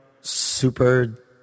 super